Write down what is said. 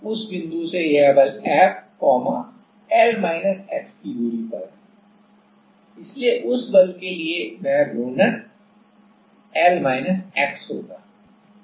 उस बिंदु से यह बल F L x की दूरी पर है इसलिए उस बल के लिए वह घूर्णन L x होगा